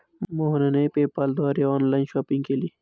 मोहनने पेपाल द्वारे online shopping केली